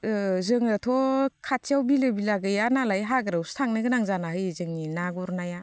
जोङोथ' खाथियाव बिलो बिला गैया नालाय हाग्रायावसो थांनो गोनां जाना होयो जोंनि ना गुरनाया